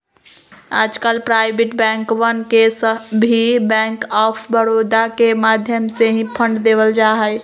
आजकल प्राइवेट बैंकवन के भी बैंक आफ बडौदा के माध्यम से ही फंड देवल जाहई